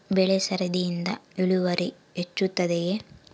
ಬೆಳೆ ಸರದಿಯಿಂದ ಇಳುವರಿ ಹೆಚ್ಚುತ್ತದೆಯೇ?